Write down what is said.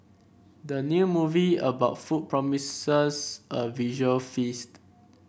the new movie about food promises a visual feast